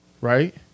right